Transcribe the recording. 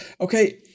okay